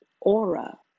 aura